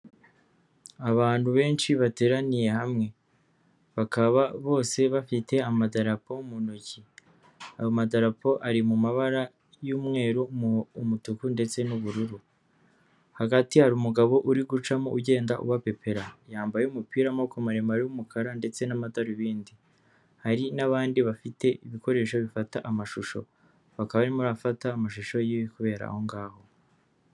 Abantu benshi bateraniye hamwe, bakaba bose bafite amadarapo mu ntoki, ayo madarapo ari mu mabara y'umweru, umutuku ndetse n'ubururu, hagati hari umugabo uri gucamo ugenda ubapepera yambaye umupira wa maboko maremare y'umukara ndetse n'amadarubindi, hari n'abandi bafite ibikoresho bifata amashusho, bakaba barimo barafata amashusho y'ibiri kubera aho ngaho.